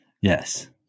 Yes